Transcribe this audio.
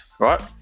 Right